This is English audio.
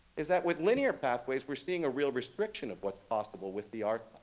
is that with linear pathways, we're seeing a real restriction of what's possible with the archive,